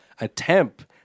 attempt